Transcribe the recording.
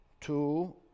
Two